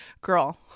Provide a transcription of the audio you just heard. Girl